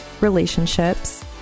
relationships